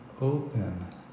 open